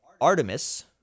Artemis